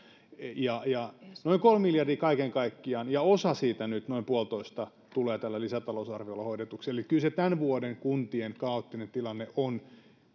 ja ja noin kolme miljardia kaiken kaikkiaan ja osa siitä nyt noin puolitoista tulee tällä lisätalousarviolla hoidetuksi eli kyllä se tämän vuoden kuntien kaoottinen tilanne on